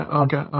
okay